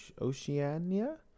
oceania